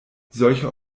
solche